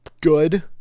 good